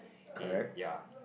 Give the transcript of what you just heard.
in ya